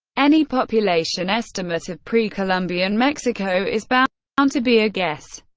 any population estimate of pre-columbian mexico is bound um to be a guess,